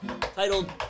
titled